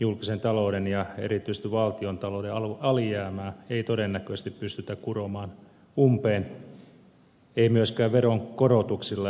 julkisen talouden ja erityisesti valtiontalouden alijäämää ei todennäköisesti pystytä kuromaan umpeen ei myöskään veronkorotuksilla